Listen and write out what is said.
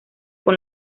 con